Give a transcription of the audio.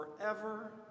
Forever